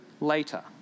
later